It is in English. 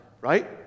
right